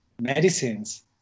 medicines